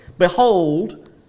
Behold